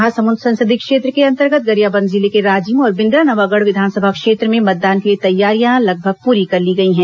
महासमुंद संसदीय क्षेत्र के अंतर्गत गरियाबंद जिले के राजिम और बिंद्रानवागढ़ विधानसभा क्षेत्र में मतदान के लिए तैयारियां लगभग प्री कर ली गई हैं